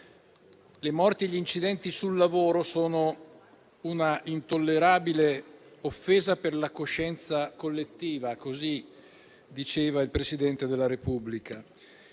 «Le morti e gli incidenti sul lavoro sono una intollerabile offesa per la coscienza collettiva», così diceva il Presidente della Repubblica;